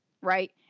right